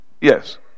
Yes